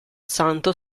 santo